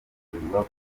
kuvurirwa